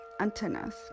Antennas